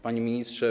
Panie Ministrze!